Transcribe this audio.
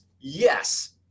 yes